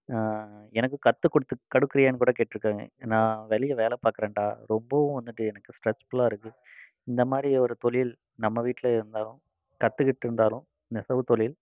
எனக்கும் கற்றுக் கொடுத்து கொடுக்குறியானு கூட கேட்டுருக்காங்க ஏன்னா வெளியே வேலை பார்க்கறன்டா ரொம்போவும் வந்துட்டு எனக்கு ஸ்ட்ரெச்ஃபுல்லாக இருக்குது இந்த மாதிரி ஒரு தொழில் நம்ம வீட்டில் இருந்தாலும் கற்றுக்கிட்ருந்தாலும் நெசவு தொழில்